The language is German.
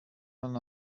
man